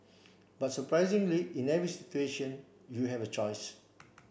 but surprisingly in every situation you have a choice